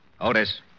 Otis